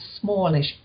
smallish